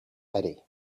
eddie